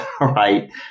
right